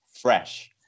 fresh